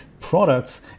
Products